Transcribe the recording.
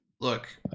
Look